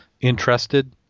interested